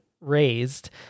raised